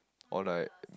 or like